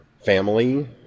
family